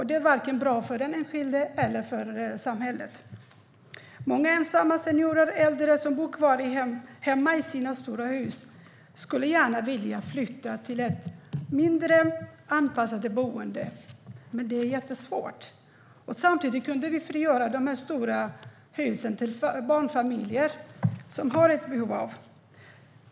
Det är inte bra för vare sig den enskilde eller för samhället. Många ensamma seniorer och äldre som bor kvar hemma i sina stora hus skulle gärna vilja flytta till ett mindre, anpassat boende, men det är jättesvårt. Samtidigt kunde vi frigöra de stora husen för barnfamiljer som har behov av dem.